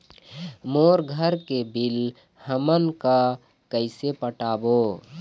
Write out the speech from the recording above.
मोर घर के बिल हमन का कइसे पटाबो?